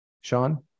Sean